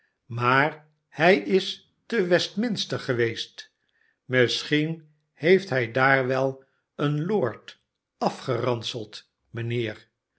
smaar hij is te westminster geweest misschien heeft hij daar wel een lord afgeranseld mijnheer